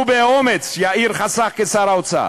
ובאומץ יאיר חסך כשר האוצר,